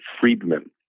Friedman